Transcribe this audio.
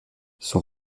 son